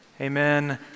Amen